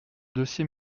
dossier